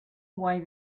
why